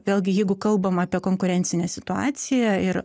vėlgi jeigu kalbam apie konkurencinę situaciją ir